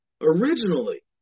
originally